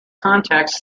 context